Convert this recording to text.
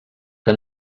que